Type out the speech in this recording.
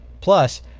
Plus